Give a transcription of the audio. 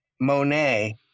Monet